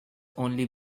only